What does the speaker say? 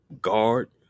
guard